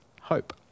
hope